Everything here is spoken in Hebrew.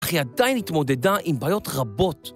‫אך היא עדיין התמודדה עם בעיות רבות.